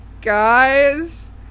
guys